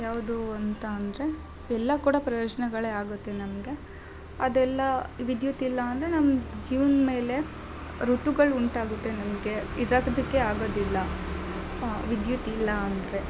ಯಾವುದು ಅಂತ ಅಂದರೆ ಎಲ್ಲ ಕೂಡ ಪ್ರಯೋಜನಗಳೇ ಆಗುತ್ತೆ ನಮಗೆ ಅದೆಲ್ಲ ವಿದ್ಯುತ್ತಿಲ್ಲ ಅಂದರೆ ನಮ್ಮ ಜೀವ್ನ ಮೇಲೆ ಋತುಗಳು ಉಂಟಾಗುತ್ತೆ ನಮಗೆ ಇರೋದಕ್ಕೆ ಆಗೋದಿಲ್ಲ ವಿದ್ಯುತ್ ಇಲ್ಲ ಅಂದರೆ